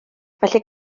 felly